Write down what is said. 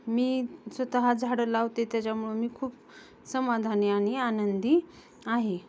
मी स्वतः झाडं लावते त्याच्यामुळं मी खूप समाधानी आणि आनंदी आहे